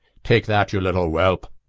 take that, you little whelp!